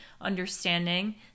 understanding